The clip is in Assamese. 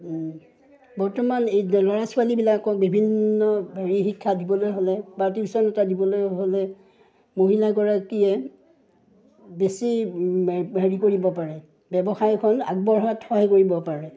বৰ্তমান এই ল'ৰা ছোৱালীবিলাকক বিভিন্ন হেৰি শিক্ষা দিবলৈ হ'লে বা টিউশ্যন এটা দিবলৈ হ'লে মহিলাগৰাকীয়ে বেছি হেৰি কৰিব পাৰে ব্যৱসায়খন আগবঢ়োৱাত সহায় কৰিব পাৰে